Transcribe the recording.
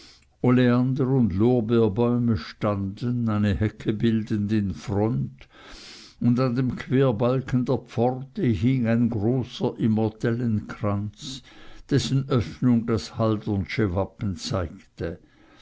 lorbeerbäume standen eine hecke bildend in front und an dem querbalken der pforte hing ein großer immortellenkranz dessen öffnung das haldernsche wappen zeigte